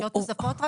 זה שעות נוספות רק